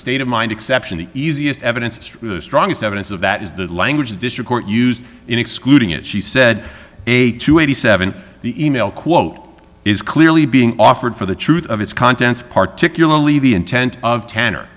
state of mind exception the easiest evidence it's true the strongest evidence of that is the language the district court used in excluding it she said eight to eighty seven the e mail quote is clearly being offered for the truth of its kind particularly the intent of tanner